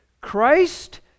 Christ